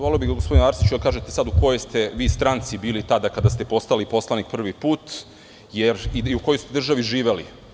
Voleo bih, gospodine Arsiću da kažete u kojoj ste vi stranci bili tada kada ste postali poslanik prvi put i u kojoj ste državi živeli?